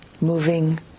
moving